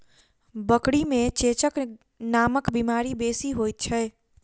बकरी मे चेचक नामक बीमारी बेसी होइत छै